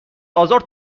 آزار